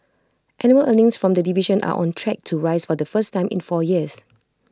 annual earnings from the division are on track to rise for the first time in four years